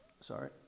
sorry